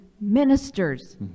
ministers